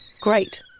Great